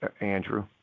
Andrew